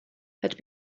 had